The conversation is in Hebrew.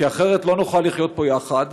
כי אחרת לא נוכל לחיות פה יחד,